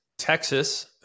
Texas